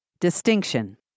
Distinction